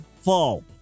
fall